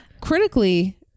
Critically